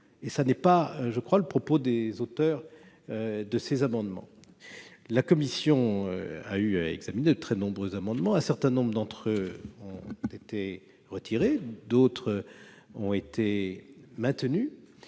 Et tel n'est pas, d'ailleurs, le propos des auteurs de ces amendements. La commission a eu à examiner de très nombreux amendements ; un certain nombre d'entre eux ont été retirés, d'autres ont été maintenus.